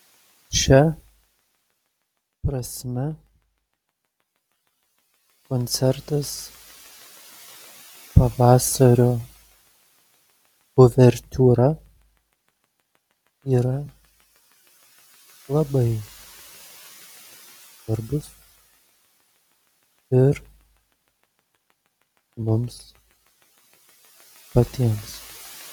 šia prasme koncertas pavasario uvertiūra yra labai svarbus ir mums patiems